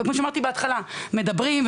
וכמו שאמרתי בהתחלה מדברים,